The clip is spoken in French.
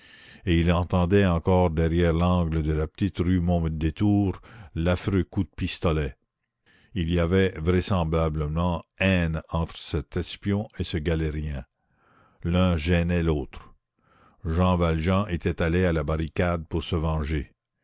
et il entendait encore derrière l'angle de la petite rue mondétour l'affreux coup de pistolet il y avait vraisemblablement haine entre cet espion et ce galérien l'un gênait l'autre jean valjean était allé à la barricade pour se venger